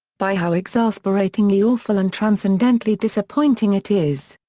by how exasperatingly awful and transcendentally disappointing it is.